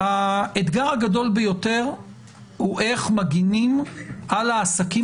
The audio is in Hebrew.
האתגר הגדול ביותר הוא איך מגנים על העסקים